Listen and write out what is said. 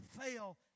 fail